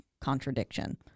contradiction